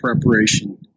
preparation